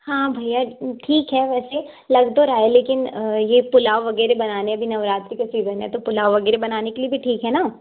हाँ भईया ठीक है वैसे लग तो रहा है लेकिन ये पुलाव वगैरह बनाने अभी नवरात्रि का सीज़न है तो पुलाव वगैरह बनाने के लिए भी ठीक है ना